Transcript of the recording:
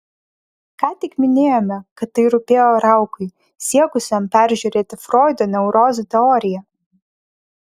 ką tik minėjome kad tai rūpėjo raukui siekusiam peržiūrėti froido neurozių teoriją